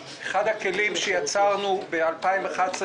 מכובדיי, לא אאריך.